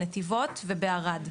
בנתיבות ובערד.